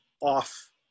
off